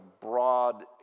broad